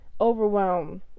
Overwhelmed